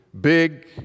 Big